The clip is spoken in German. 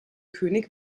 könig